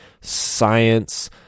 science